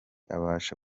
abasha